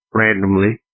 randomly